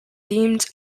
themed